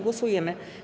Głosujemy.